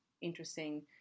interesting